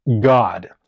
god